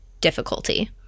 difficulty